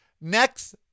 next